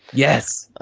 yes, ah